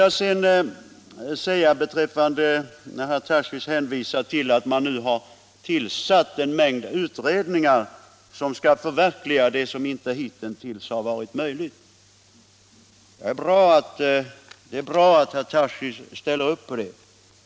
Vad sedan gäller herr Tarschys hänvisning till att man nu har tillsatt en mängd utredningar som skall förverkliga det som inte hitintills har varit möjligt vill jag säga att det är bra att herr Tarschys ställer upp på det.